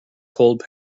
cold